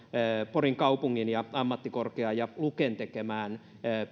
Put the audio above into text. porin kaupungin ja ammattikorkean ja luken tekemään